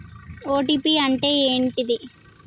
OTP అంటే ఏంటిది?